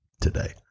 today